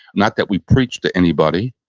not that we preach to anybody,